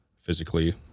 physically